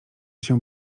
się